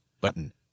Button